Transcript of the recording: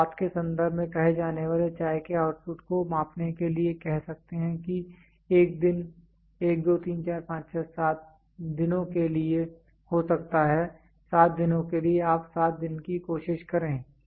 आप स्वाद के संदर्भ में कहे जाने वाले चाय के आउटपुट को मापने के लिए कह सकते हैं कि 1 दिन 1 2 3 4 5 6 7 दिनों के लिए हो सकता है 7 दिनों के लिए आप 7 दिन की कोशिश करें